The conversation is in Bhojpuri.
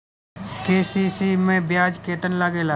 के.सी.सी मै ब्याज केतनि लागेला?